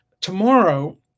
Tomorrow